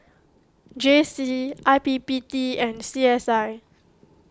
J C I P P T and C S I